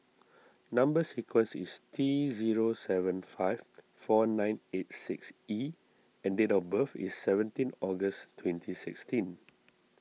Number Sequence is T zero seven five four nine eight six E and date of birth is seventeen August twenty sixteen